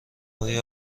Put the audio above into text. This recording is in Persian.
های